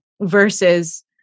Versus